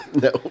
No